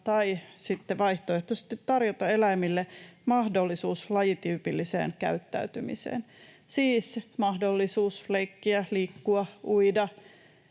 vaihtoehtoisesti tarjota eläimille mahdollisuus lajityypilliseen käyttäytymiseen, siis mahdollisuus leikkiä, liikkua, uida,